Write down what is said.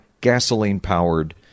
gasoline-powered